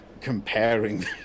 comparing